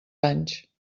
anys